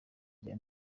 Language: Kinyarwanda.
rya